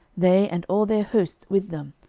they and all their hosts with them,